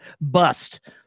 bust